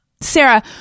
Sarah